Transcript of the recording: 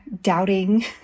doubting